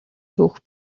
түүх